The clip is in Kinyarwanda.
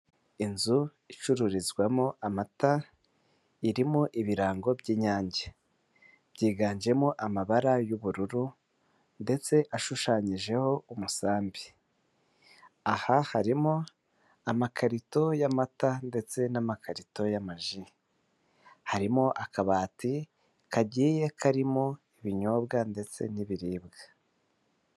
Inzu icururizwamo amata, irimo ibirango by'inyange byiganjemo amabara y'ubururu ndetse ashushanyijeho umusambi .Aha harimo amakarito y'amata ndetse n'amakarito y'amaji harimo akabati kagiye karimo ibinyobwa ndetse n'ibiribwa.